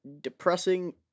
depressing